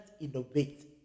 innovate